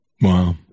Wow